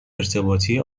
ارتباطی